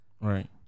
Right